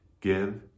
Give